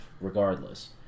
regardless